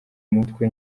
mutwe